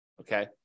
Okay